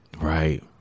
Right